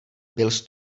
byls